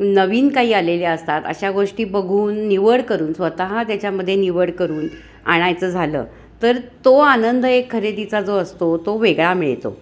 नवीन काही आलेल्या असतात अशा गोष्टी बघून निवड करून स्वतः त्याच्यामध्ये निवड करून आणायचं झालं तर तो आनंद एक खरेदीचा जो असतो तो वेगळा मिळतो